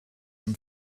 from